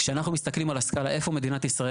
כשאנחנו מסתכלים על הסקלה איפה מדינת ישראל